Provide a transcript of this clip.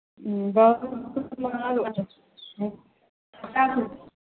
दहक ने आलू अच्छा पचास रुपिये